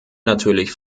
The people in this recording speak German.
natürlich